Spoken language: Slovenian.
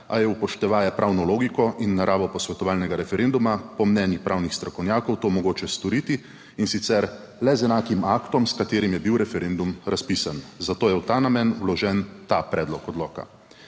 a je, upoštevaje pravno logiko in naravo posvetovalnega referenduma, po mnenju pravnih strokovnjakov to mogoče storiti, in sicer le z enakim aktom, s katerim je bil referendum razpisan. Zato je v ta namen vložen ta predlog odloka.